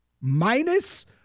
minus